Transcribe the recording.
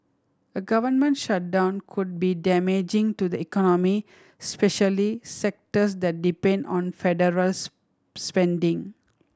a government shutdown could be damaging to the economy especially sectors that depend on federal spending